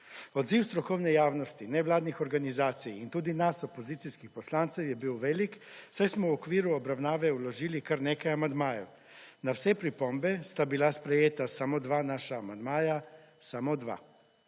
Odziv strokovne javnosti, nevladnih organizacij in tudi nas opozicijskih poslancev je bil velik, saj smo v okviru obravnave vložili kar nekaj amandmajev. Na vse pripombe sta bila sprejeta samo dva naša amandmaja, samo dva.